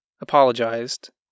apologized